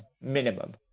minimum